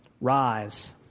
Rise